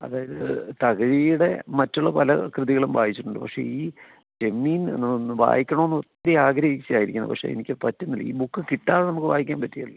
അതായത് തകഴിയുടെ മറ്റുള്ള പല കൃതികളും വായിച്ചിട്ടുണ്ട് പക്ഷെ ഈ ചെമ്മീൻ എന്നത് ഒന്നു വായിക്കണമെന്ന് ഒത്തിരി ആഗ്രഹിച്ചാൽ ഇരിക്കുന്നത് പക്ഷെ എനിക്ക് പറ്റുന്നില്ല ഈ ബുക്ക് കിട്ടാതെ നമുക്ക് വായിക്കാൻ പറ്റുകയില്ലല്ലോ